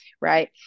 Right